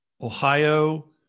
Ohio